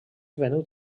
venut